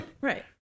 Right